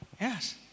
Yes